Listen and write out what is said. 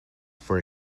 for